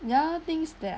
there are things that